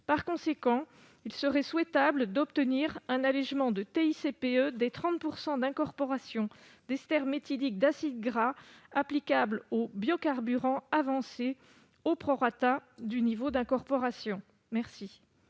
Par conséquent, il serait souhaitable d'obtenir un allégement de TICPE, dès 30 % d'incorporation d'esters méthyliques d'acides gras applicables aux biocarburants avancés, du niveau d'incorporation. La